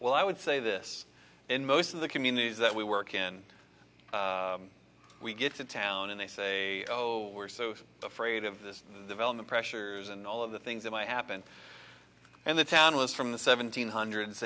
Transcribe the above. well i would say this in most of the communities that we work in we get to town and they say oh we're so afraid of this development pressures and all of the things that might happen and the town was from the seventeen hundreds